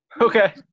Okay